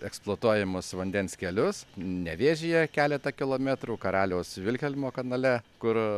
eksploatuojamus vandens kelius nevėžyje keletą kilometrų karaliaus vilhelmo kanale kur